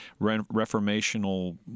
reformational